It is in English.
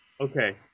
okay